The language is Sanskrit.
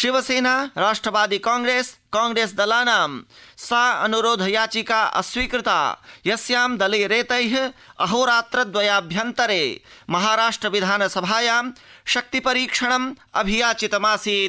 शिवसेना राष्ट्रवादिकांग्रेस कांग्रेस दलानां सा अन्रोध याचिका अस्वीकृता यस्यां दलैरेतै अहोरात्र द्वयाभ्यन्तरे महाराष्ट्र विधानसभायां शक्ति परीक्षाणम् अभियाचितमासीत्